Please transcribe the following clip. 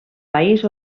país